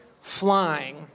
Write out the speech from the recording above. flying